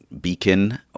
beacon